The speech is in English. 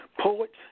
poets